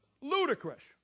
Ludicrous